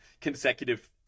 consecutive